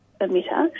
emitter